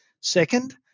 Second